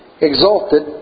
exalted